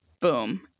Boom